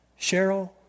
Cheryl